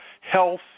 health